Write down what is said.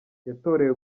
yatorewe